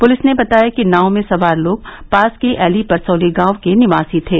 police ने बताया कि नाव में सवार लोग पास के ऐली परसौली गांव के निवासी थे